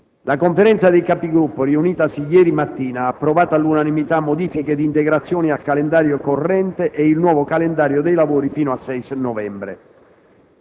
La Conferenza dei Capigruppo, riunitasi ieri mattina, ha approvato all'unanimità modifiche ed integrazioni al calendario corrente e il nuovo calendario dei lavori fino al 6 novembre.